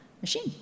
machine